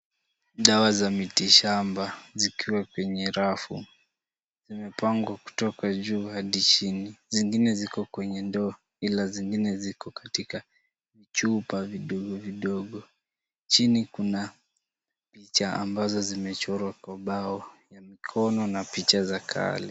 Dawa za miti shamba zikiwa kwenye rafu zimepangwa kutoka juu hadi chini zingine ziko kwenye ndoo ila zingine ziko kwenye vichupa vidogovidogo. Chini kuna picha ambazo zimechorwa kwa ubao, mkono na picha za kale.